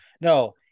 No